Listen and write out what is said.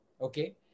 Okay